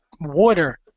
water